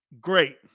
great